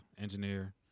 engineer